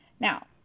now